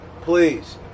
Please